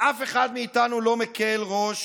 ואף אחד מאיתנו לא מקל ראש